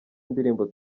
ndirimbo